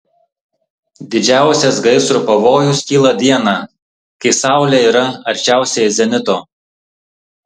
didžiausias gaisro pavojus kyla dieną kai saulė yra arčiausiai zenito